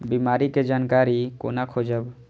बीमा के जानकारी कोना खोजब?